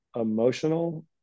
emotional